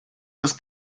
das